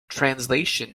translation